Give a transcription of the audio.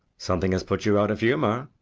something has put you out of humour.